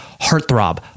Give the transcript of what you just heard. Heartthrob